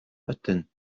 ydyn